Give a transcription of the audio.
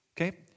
Okay